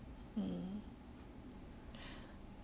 mm